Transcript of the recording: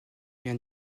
vient